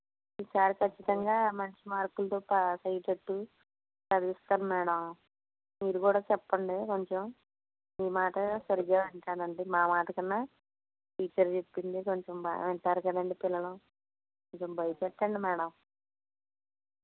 ఈసారి ఖచ్చితంగా మంచి మార్కులతో పాస్ అయ్యేటట్టు చదివిస్తాను మేడం మీరు కూడా చెప్పండి కొంచెం మీ మాట సరిగ్గా వింటాడు అండి మా మాట కన్నా టీచర్ చెప్పింది కొంచెం బాగా వింటారు కదా అండి పిల్లలు కొంచెం భయపెట్టండి మేడం